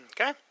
Okay